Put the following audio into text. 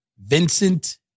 Vincent